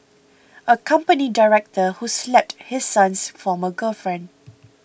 a company director who slapped his son's former girlfriend